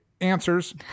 answers